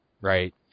right